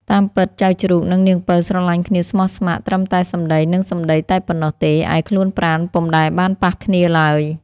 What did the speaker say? តាមពិតចៅជ្រូក និងនាងពៅស្រឡាញ់គ្នាស្មោះស្ម័គ្រត្រឹមតែសំដីនឹងសំដីតែប៉ុណ្ណោះទេ ឯខ្លួនប្រាណពុំដែលបានប៉ះគ្នាឡើយ។